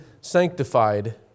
sanctified